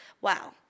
Wow